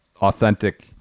authentic